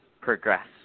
progress